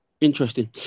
Interesting